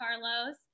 carlos